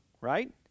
right